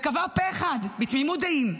וקבע פה אחד בתמימות דעים,